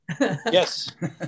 Yes